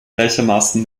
gleichermaßen